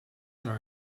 are